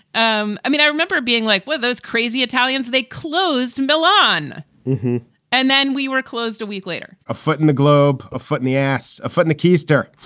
um i mean, i remember being like with those crazy italians. they closed milan and then we were closed a week later, a foot in the globe, a foot in the ass, a foot in the keister